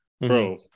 Bro